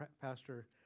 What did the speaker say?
Pastor